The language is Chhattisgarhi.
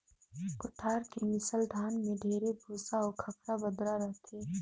कोठार के मिसल धान में ढेरे भूसा अउ खंखरा बदरा रहथे